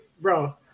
bro